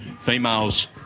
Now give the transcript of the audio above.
females